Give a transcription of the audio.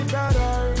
better